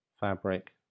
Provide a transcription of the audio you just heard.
fabric